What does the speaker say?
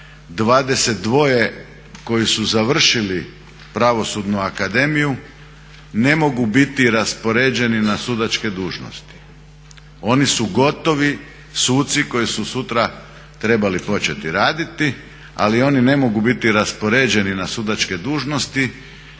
22 koji su završili Pravosudnu akademiju ne mogu biti raspoređeni na sudačke dužnosti. Oni su gotovi suci koji su sutra trebali početi raditi, ali oni ne mogu biti raspoređeni na sudačke dugžnosti